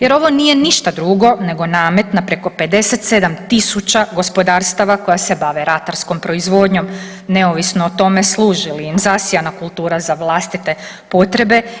Jer ovo nije ništa drugo nego namet na preko 57000 gospodarstava koja se bave ratarskom proizvodnjom neovisno o tome služe li im zasijana kultura za vlastite potrebe.